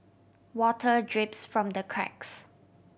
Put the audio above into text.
water drips from the cracks